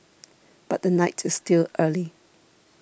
but the night is still early